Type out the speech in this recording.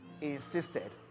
insisted